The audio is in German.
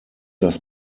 das